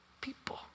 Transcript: people